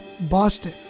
Boston